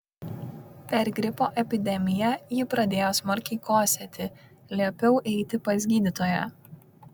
per gripo epidemiją ji pradėjo smarkiai kosėti liepiau eiti pas gydytoją